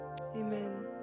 Amen